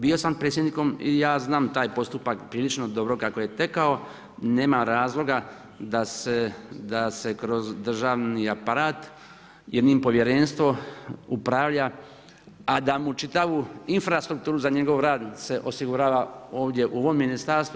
Bio sam predsjednikom i ja znam taj postupak prilično dobro kako je tekao, nema razloga da se kroz državni aparat jedno povjerenstvo upravlja a da mu čitavu infrastrukturu za njegov rad se osigurava ovdje u ovom ministarstvu.